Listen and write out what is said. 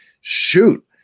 shoot